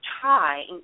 try